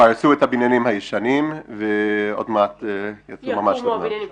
הרסו את הבניינים הישנים ועוד מעט יתחילו ממש לבנות.